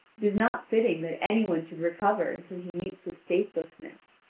is not fitting that any one should recover until he meets with faithlessness.